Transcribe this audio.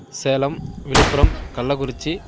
Salem Viluppuram Kallakurichi